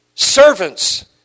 Servants